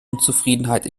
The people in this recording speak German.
unzufriedenheit